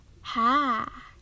Ha